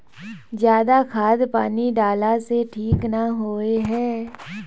ज्यादा खाद पानी डाला से ठीक ना होए है?